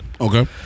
Okay